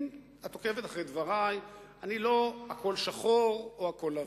אם את עוקבת אחרי דברי, לא הכול שחור או הכול לבן.